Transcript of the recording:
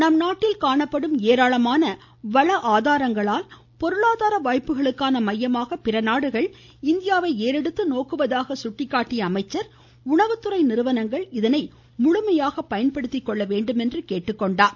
நம் நாட்டில் காணப்படும் ஏராளமான வள ஆதாரங்களால் பொருளாதார வாய்ப்புகளுக்கான மையமாக பிறநாடுகள் இந்தியாவை ஏறெடுத்து நோக்குவதாக சுட்டிக்காட்டிய அவர் உணவுத்துறை நிறுவனங்கள் இதனை முழுமையாக பயன்படுத்திக்கொள்ள வேண்டும் என்றார்